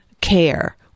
care